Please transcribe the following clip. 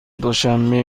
دوشنبه